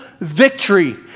victory